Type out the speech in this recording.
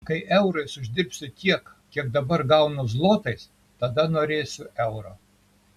kai eurais uždirbsiu tiek kiek dabar gaunu zlotais tada norėsiu euro